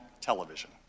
television